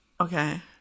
Okay